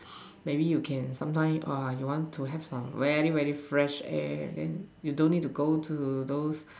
maybe you can sometime uh you want to have some really really fresh air then you don't need to go to those